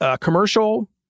commercial